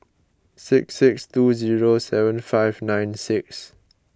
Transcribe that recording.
six six two zero seven five nine six